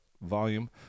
Volume